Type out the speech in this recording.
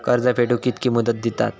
कर्ज फेडूक कित्की मुदत दितात?